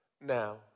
Now